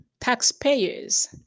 taxpayers